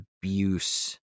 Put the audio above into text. abuse